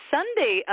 Sunday